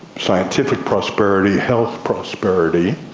scientific prosperity, health prosperity.